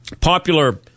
popular